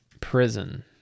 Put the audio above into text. prison